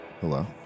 Hello